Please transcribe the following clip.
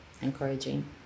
encouraging